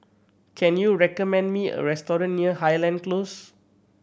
can you recommend me a restaurant near Highland Close